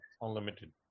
unlimited